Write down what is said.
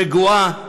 רגועה,